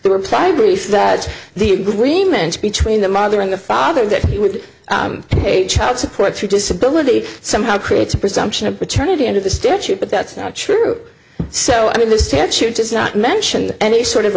the reply brief that the agreement between the mother and the father that he would pay child support through disability somehow creates a presumption of paternity under the statute but that's not true so i mean the statute does not mention any sort of